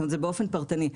זה באופן פרטני.